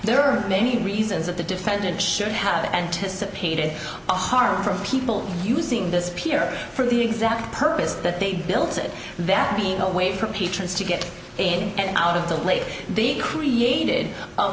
there are many reasons that the defendant should have anticipated the harm from people using this pier for the exact purpose that they built it that being away from teachers to get in and out of the lake they created